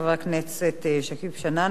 חבר הכנסת שכיב שנאן,